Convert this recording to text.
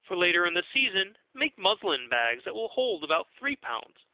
for later in the season, make muslin bags that will hold about three pounds,